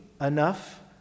enough